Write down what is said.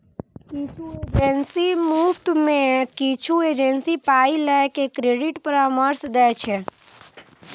किछु एजेंसी मुफ्त मे तं किछु एजेंसी पाइ लए के क्रेडिट परामर्श दै छै